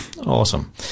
Awesome